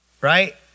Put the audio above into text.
right